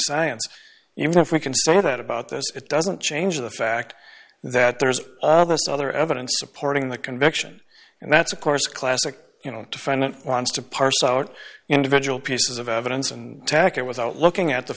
science you know if we can say that about this it doesn't change the fact that there's this other evidence supporting the conviction and that's of course classic you know to find it wants to parse out individual pieces of evidence and attack it without looking at the